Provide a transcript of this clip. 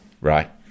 right